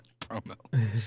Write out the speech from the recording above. promo